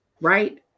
Right